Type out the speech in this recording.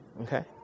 Okay